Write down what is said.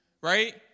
Right